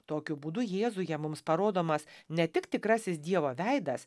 tokiu būdu jėzuje mums parodomas ne tik tikrasis dievo veidas